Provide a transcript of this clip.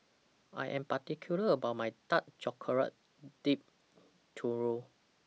I Am particular about My Dark Chocolate Dipped Churro